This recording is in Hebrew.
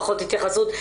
פחות התייחסות..